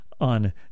on